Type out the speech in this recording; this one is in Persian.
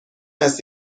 است